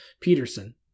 Peterson